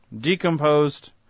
decomposed